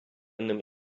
ним